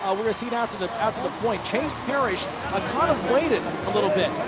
ah we'll we'll see it after the the point, parrish, ah kind of waited a little bit,